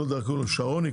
שרוני,